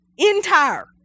entire